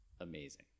amazing